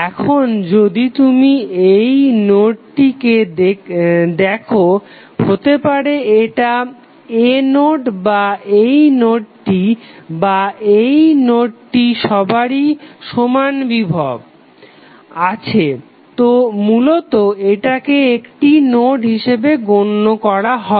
এখন যদি তুমি এই নোডটিকে দেখো হতে পারে এটা a নোড বা এই নোডটি বা এই নোডটি সবারই সমান বিভব আছে তো মূলত এটাকে একটি নোড হিসাবে গণ্য করা হবে